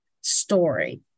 story